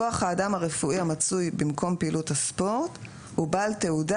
כוח האדם הרפואי המצוי במקום פעילות הספורט הוא בעל תעודה